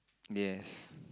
yes